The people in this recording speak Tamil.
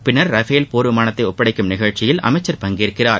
பின்னர் ரஃபேல் போர் விமானத்தை ஒப்படைக்கும் நிகழ்ச்சியில் அமைச்சர் பங்கேற்கிறார்